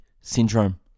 syndrome